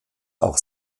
auch